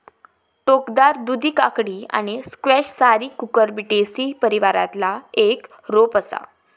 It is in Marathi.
टोकदार दुधी काकडी आणि स्क्वॅश सारी कुकुरबिटेसी परिवारातला एक रोप असा